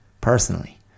personally